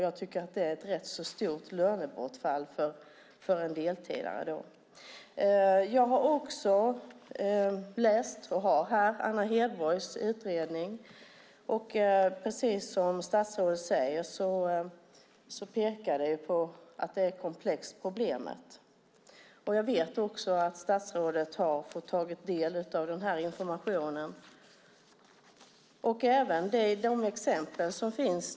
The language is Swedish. Jag tycker att det är ett rätt stort lönebortfall för en deltidare. Jag har också läst och har här Anna Hedborgs utredning. Precis som statsrådet säger pekar den på att problemet är komplext. Jag vet att också statsrådet har tagit del av den här informationen och även de exempel som finns.